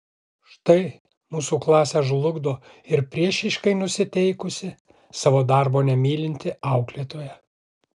štai mūsų klasę žlugdo ir priešiškai nusiteikusi savo darbo nemylinti auklėtoja